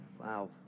Wow